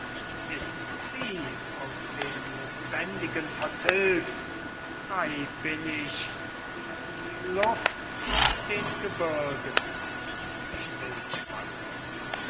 ist sie aus den lebendigen vertilgt frei bin ich wie die luft auf den gebirgen